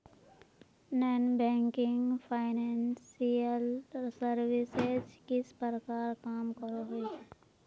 Non banking financial services किस प्रकार काम करोहो?